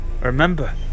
Remember